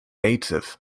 nativ